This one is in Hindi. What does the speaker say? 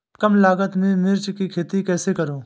कम लागत में मिर्च की खेती कैसे करूँ?